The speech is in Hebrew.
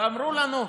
ואמרו לנו: